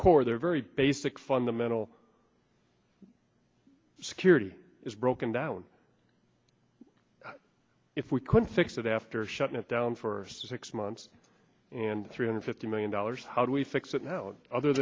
core they're very basic fundamental security is broken down if we could fix after shutting it down for six months and three hundred fifty million dollars how do we fix that no other